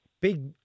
Big